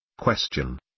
Question